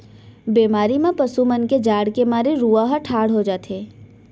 बेमारी म पसु मन के जाड़ के मारे रूआं ह ठाड़ हो जाथे